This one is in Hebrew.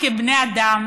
כבני אדם